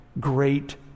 great